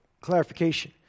clarification